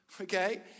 okay